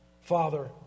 Father